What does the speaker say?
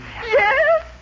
Yes